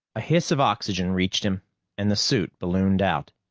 a hiss of oxygen reached him and the suit ballooned out.